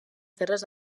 terres